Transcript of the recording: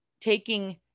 taking